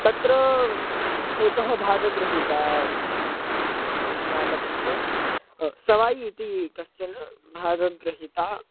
तत्र एकः भागगृहीता किं नाम तस्य सवाय् इति कश्चन भागगृहीता